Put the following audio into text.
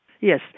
Yes